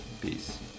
Peace